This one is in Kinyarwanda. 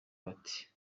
bati